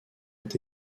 ont